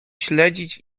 śledzić